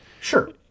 Sure